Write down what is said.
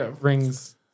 rings